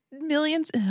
millions